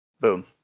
Boom